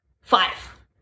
five